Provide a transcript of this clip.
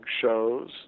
shows